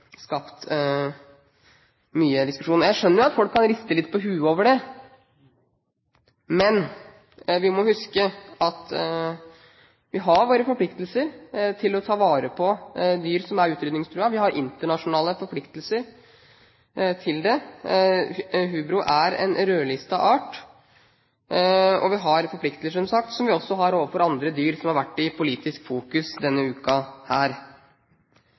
skapt mye diskusjon. Jeg skjønner jo at folk kan riste litt på hodet over det, men vi må huske at vi er forpliktet til å ta vare på dyr som er utrydningstruet. Vi har internasjonale forpliktelser til det. Hubro er en rødlisteart, og vi har forpliktelser, som sagt, som vi også har overfor andre dyr som har vært i politisk fokus denne uken. Det er snakk om 40 mill. kr i bompenger her.